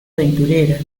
aventurera